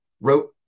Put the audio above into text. wrote